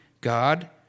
God